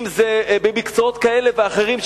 במקצועות כאלה ואחרים,